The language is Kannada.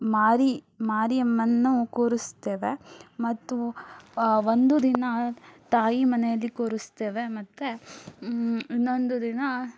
ಮಾರಿ ಮಾರಿಯಮ್ಮನನ್ನು ಕೂರಿಸ್ತೇವೆ ಮತ್ತು ಒಂದು ದಿನ ತಾಯಿ ಮನೆಯಲ್ಲಿ ಕೂರಿಸ್ತೇವೆ ಮತ್ತು ಇನ್ನೊಂದು ದಿನ